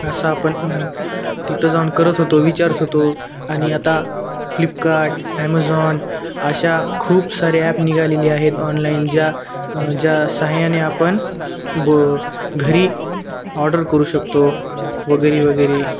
असा आपण तिथं जाऊन करत होतो विचारत होतो आणि आता फ्लिपकार्ट ॲमेझॉन अशा खूप सारे ॲप निघालेले आहेत ऑनलाईन ज्या ज्या सहाय्याने आपण ब घरी ऑर्डर करू शकतो वगैरे वगैरे